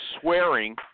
swearing